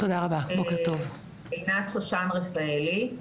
עינת שושן רפאלי,